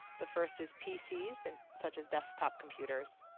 the first is pcs, and such as desktop computers,